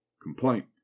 complaint